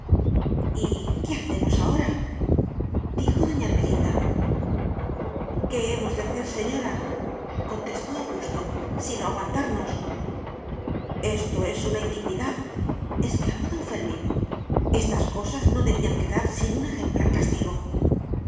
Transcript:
qué hacemos ahora dijo doña ermelinda qué hemos de hacer señoracontestó augusto sino aguantarnos esto es una indignidadexclamó don fermín estas cosas no debían quedar sin un ejemplar castigo